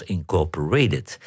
Incorporated